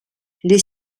les